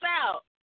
out